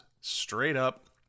straight-up